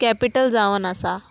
capital जावन आसा